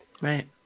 Right